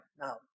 Now